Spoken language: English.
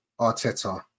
Arteta